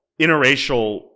interracial